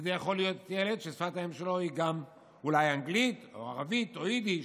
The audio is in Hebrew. וזה יכול להיות ילד ששפת האם שלו היא אולי אנגלית או ערבית או יידיש.